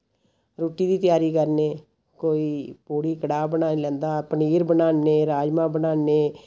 रुट्टी दी त्यारी करने कोई पूड़ी कड़ाह् बनाई लैंदा पनीर बनान्ने राजमां बनान्ने